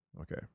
Okay